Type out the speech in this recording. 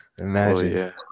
Imagine